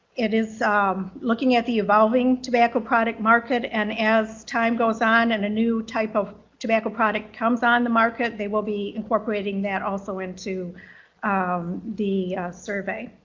it is looking at the evolving tobacco product market and as time goes on and a new type of tobacco product comes on the market, they will be incorporating that also into the survey.